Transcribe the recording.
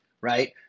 right